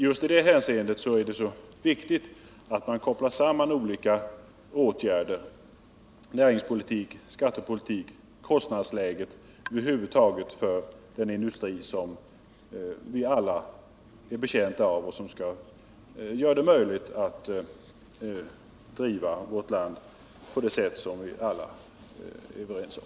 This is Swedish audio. Just i det avseendet är det så viktigt att koppla samman olika åtgärder — det gäller näringspolitiska åtgärder, skattepolitiska åtgärder, åtgärder som syftar till att påverka kostnadsläget och åtgärder över huvud taget som syftar till att främja den industri som vi alla är betjänta av och som skall göra det möjligt att driva vårt land på det sätt som vi alla är överens om.